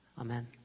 Amen